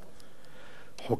חוקי הרשות הפלסטינית